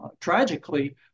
tragically